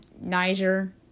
Niger